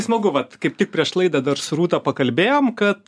smagu vat kaip tik prieš laidą dar su rūta pakalbėjom kad